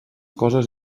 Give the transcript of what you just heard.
coses